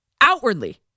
outwardly